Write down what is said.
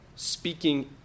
speaking